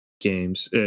games